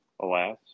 Alas